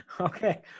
Okay